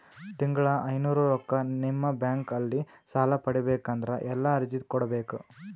ತಿಂಗಳ ಐನೂರು ರೊಕ್ಕ ನಿಮ್ಮ ಬ್ಯಾಂಕ್ ಅಲ್ಲಿ ಸಾಲ ಪಡಿಬೇಕಂದರ ಎಲ್ಲ ಅರ್ಜಿ ಕೊಡಬೇಕು?